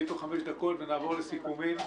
מכן נעבור לסיכומים.